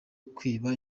kwiba